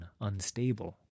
unstable